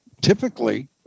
typically